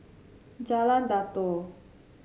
Jalan Datoh